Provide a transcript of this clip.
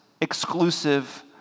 exclusive